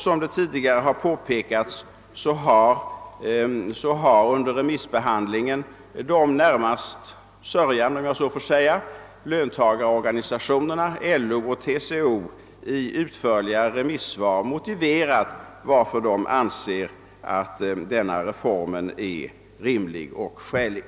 Som tidigare påpekats har under remissbehandlingen »de närmast sörjande» — om jag så får säga — löntagarorganisationerna, LO och TCO, i utförliga remissvar motiverat varför de anser att denna reform är rimlig och skälig.